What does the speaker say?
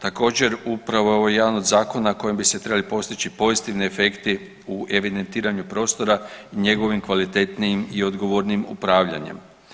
Također upravo je ovo jedan od zakona kojim bi se trebali postići pozitivni efekti u evidentiranju prostora i njegovim kvalitetnijim i odgovornijim upravljanjem.